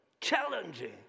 challenging